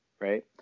right